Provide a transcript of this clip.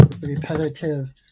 repetitive